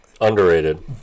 underrated